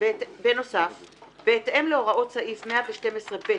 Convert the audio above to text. בהתאם להוראות סעיף 112(ב)